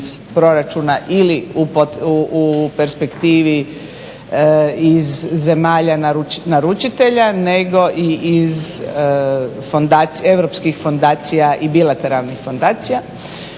iz proračuna ili u perspektivi iz zemalja naručitelja, nego i iz europskih fondacija i bilateralnih fondacija.